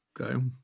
Okay